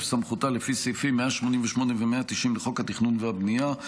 סמכותה לפי סעיפים 188 ו-190 לחוק התכנון והבנייה,